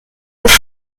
ist